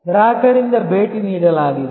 ಗ್ರಾಹಕರಿಂದ ಭೇಟಿ ನೀಡಲಾಗಿದೆ